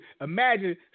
Imagine